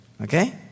okay